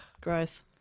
gross